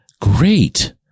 Great